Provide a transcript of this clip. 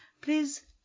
Please